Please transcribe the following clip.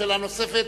שאלה נוספת,